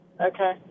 Okay